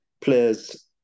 players